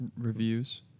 Reviews